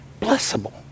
Blessable